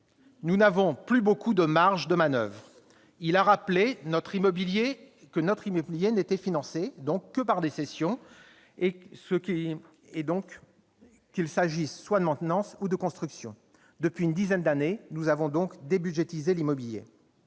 Nous n'avons plus beaucoup de marges de manoeuvre. M. Gourdault-Montagne a rappelé que notre immobilier n'était financé que par des cessions, et ce qu'il s'agisse de maintenance ou de construction. Depuis une dizaine d'années, nous avons donc débudgétisé l'immobilier.